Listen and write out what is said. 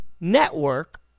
network